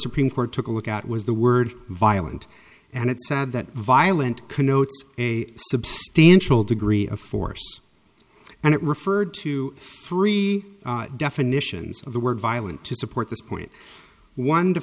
supreme court took a look at was the word violent and it said that violent connotes a substantial degree of force and it referred to three definitions of the word violent to support this point one